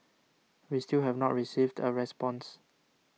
we still have not received a response